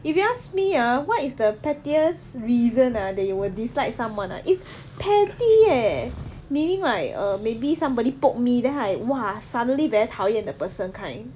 if you ask me ah what is the pettiest reason ah that you would dislike someone ah if petty eh meaning right err maybe somebody me then I !wah! suddenly very 讨厌 the person kind